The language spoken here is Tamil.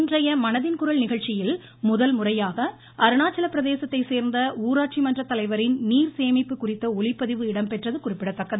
இன்றைய மனதின் குரல் நிகழ்ச்சியில் முதன்முறையாக அருணாச்சலப்பிரதேசத்தைச் சேர்ந்த உளராட்சி மன்ற தலைவரின் நீர் சேமிப்பு குறித்த ஒலிப்பதிவு இடம்பெற்றது குறிப்பிடத்தக்கது